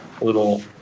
little